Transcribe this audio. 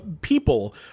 people